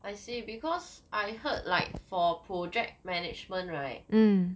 I see you because I heard like for project management right